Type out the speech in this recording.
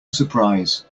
surprise